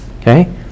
Okay